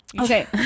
okay